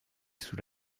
sous